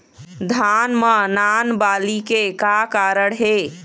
धान म नान बाली के का कारण हे?